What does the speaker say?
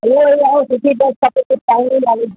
सुठी ड्रैस खपे लाईनिंग वारी